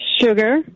sugar